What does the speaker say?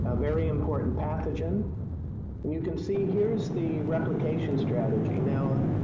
ah very important pathogen and you can see here's the replication strategy. now,